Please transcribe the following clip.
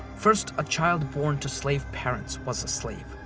first, a child born to slave parents was a slave.